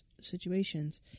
situations